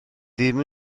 ddim